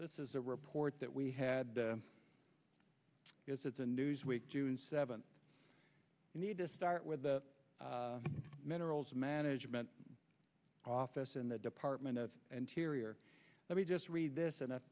this is a report that we had because it's a newsweek june seventh we need to start with the minerals management office and the department of interior let me just read this and that